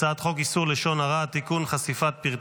נעבור לנושא הבא